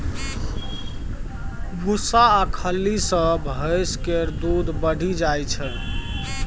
भुस्सा आ खल्ली सँ भैंस केर दूध बढ़ि जाइ छै